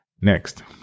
Next